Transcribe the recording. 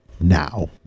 now